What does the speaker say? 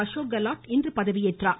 அசோக் கெலோட் இன்று பதவியேற்றார்